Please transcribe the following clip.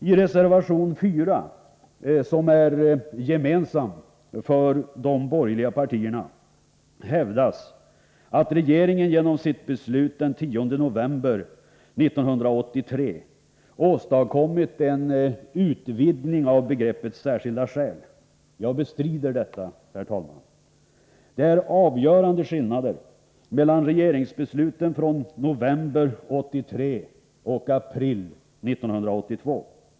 I reservation 4, som är gemensam för de borgerliga partierna, hävdas att regeringen genom sitt beslut den 10 november 1983 åstadkommit en uvidgning av begreppet särskilda skäl. Jag bestrider detta, herr talman! Det är avgörande skillnader mellan regeringsbesluten från november 1983 och april 1982.